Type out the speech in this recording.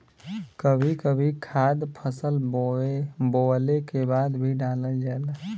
कभी कभी खाद फसल बोवले के बाद भी डालल जाला